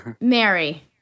Mary